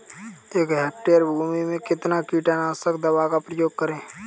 एक हेक्टेयर भूमि में कितनी कीटनाशक दवा का प्रयोग करें?